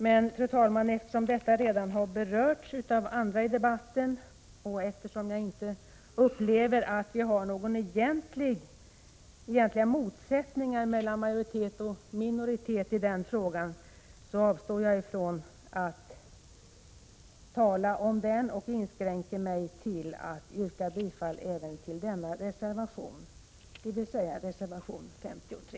Men, fru talman, eftersom detta redan har berörts av andra talare och eftersom jag inte upplever saken så att det finns några egentliga motsättningar mellan majoritet och minoritet på denna punkt avstår jag från att argumentera och inskränker mig till att yrka bifall till reservation 53.